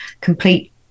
complete